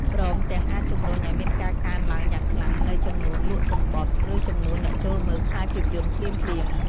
ព្រមទាំងអាចជំរុញឱ្យមានការកើនឡើងយ៉ាងខ្លាំងនូវចំនួនលក់សំបុត្រ ឬចំនួនអ្នកចូលមើលខ្សែភាពយន្តភ្លាមៗ។